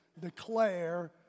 declare